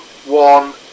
One